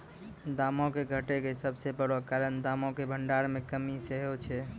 दामो के घटै के सभ से बड़ो कारण दामो के भंडार मे कमी सेहे छै